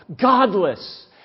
godless